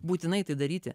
būtinai tai daryti